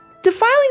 defiling